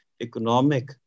economic